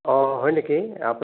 অঁ হয় নেকি